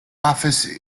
office